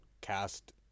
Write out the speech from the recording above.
cast